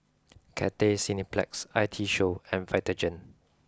Cathay Cineplex I T Show and Vitagen